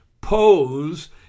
pose